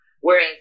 whereas